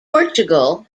portugal